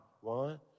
one